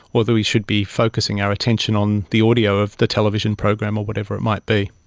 whether we should be focusing our attention on the audio of the television program or whatever it might be.